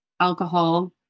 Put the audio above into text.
alcohol